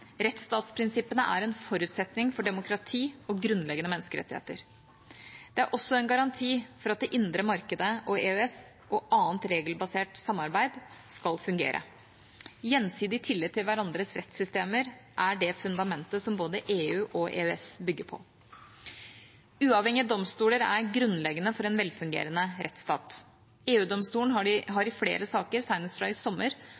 Rettsstatsprinsippene er en forutsetning for demokrati og grunnleggende menneskerettigheter. Det er også en garanti for at det indre markedet og EØS og annet regelbasert samarbeid skal fungere. Gjensidig tillit til hverandres rettssystemer er det fundamentet som både EU og EØS bygger på. Uavhengige domstoler er grunnleggende for en velfungerende rettsstat. EU-domstolen har i flere saker, senest fra i sommer,